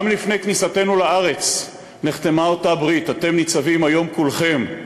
גם לפני כניסתנו לארץ נחתמה אותה הברית: "אתם ניצבים היום כֻּלכם"